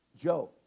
Joe